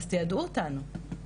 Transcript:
אז תיידעו אותנו.